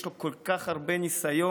יש לו כל כך הרבה ניסיון.